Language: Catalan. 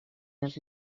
els